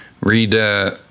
Read